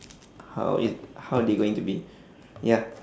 how it how they going to be ya